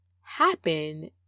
happen